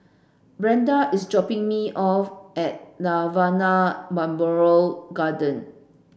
Brenda is dropping me off at Nirvana Memorial Garden